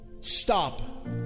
stop